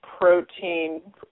protein